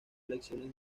lecciones